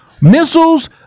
missiles